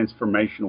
transformational